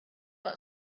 got